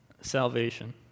salvation